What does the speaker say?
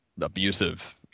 abusive